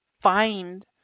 find